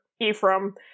Ephraim